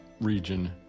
region